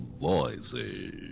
Voices